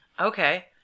Okay